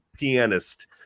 pianist